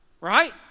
Right